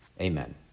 amen